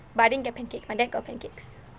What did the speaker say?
but I didn't get pancake my dad got pancake